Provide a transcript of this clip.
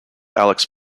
alex